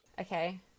Okay